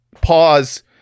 Pause